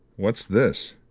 what's this?